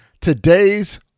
today's